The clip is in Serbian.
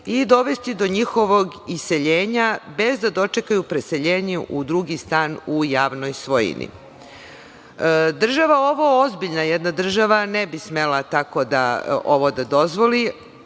i dovesti do njihovog iseljenja, bez da dočekaju preseljenje u drugi stan u javnoj svojini. Jedna ozbiljna država ovo ne bi smela tako ovo da dozvoli.